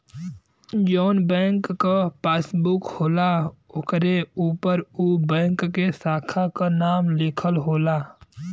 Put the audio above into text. जौन बैंक क पासबुक होला ओकरे उपर उ बैंक के साखा क नाम लिखल होला